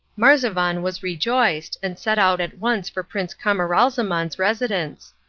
marzavan was rejoiced, and set out at once for prince camaralzaman's residence.